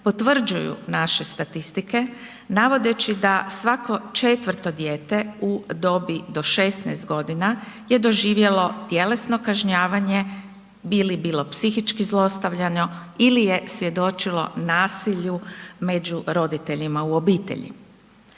potvrđuju naše statistike navodeći da svako četvrto dijete u dobi do 16 g. je doživjelo tjelesno kažnjavanje bilo bili psihički zlostavljano ili je svjedočilo nasilju među roditeljima u obitelji.